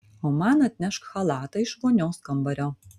o man atnešk chalatą iš vonios kambario